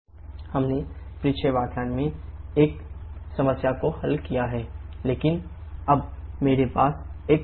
हमने पिछले व्याख्यान में इस समस्या को हल किया है लेकिन अब मेरे पास एक बदलाव है